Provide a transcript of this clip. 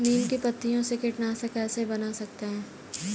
नीम की पत्तियों से कीटनाशक कैसे बना सकते हैं?